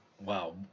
wow